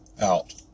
out